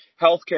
healthcare